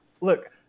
look